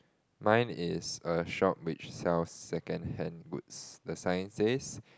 mine is a shop which sells secondhand goods the sign says